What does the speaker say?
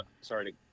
Sorry